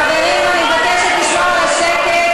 חברים, אני מבקשת לשמור על שקט.